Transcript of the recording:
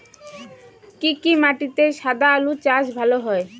কি কি মাটিতে সাদা আলু চাষ ভালো হয়?